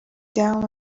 down